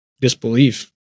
disbelief